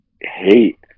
hate